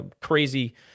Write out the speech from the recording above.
crazy